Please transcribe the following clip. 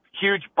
huge